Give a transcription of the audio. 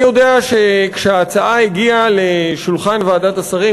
אני יודע שכשההצעה הגיעה לשולחן ועדת השרים,